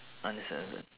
understand understand